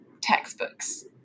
textbooks